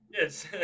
Yes